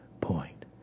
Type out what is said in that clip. point